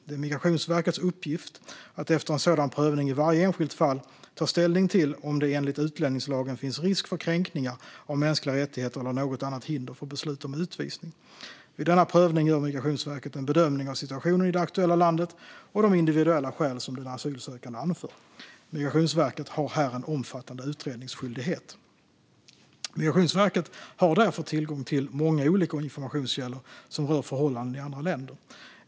Det är Migrationsverkets uppgift att efter en sådan prövning i varje enskilt fall ta ställning till om det enligt utlänningslagen finns risk för kränkningar av mänskliga rättigheter eller något annat hinder för beslut om utvisning. Vid denna prövning gör Migrationsverket en bedömning av situationen i det aktuella landet och de individuella skäl som den asylsökande anför. Migrationsverket har här en omfattande utredningsskyldighet. Migrationsverket har därför tillgång till många olika informationskällor som rör förhållanden i andra länder.